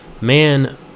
man